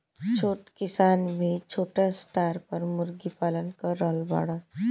छोट किसान भी छोटा स्टार पर मुर्गी पालन कर रहल बाड़न